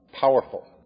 powerful